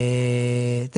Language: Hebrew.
פתח תקווה.